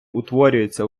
утворюється